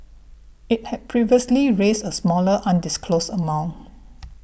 it had previously raised a smaller undisclosed amount